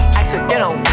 accidental